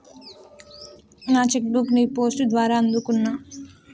నా cheque book ని post ద్వారా అందుకున్నా